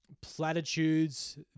platitudes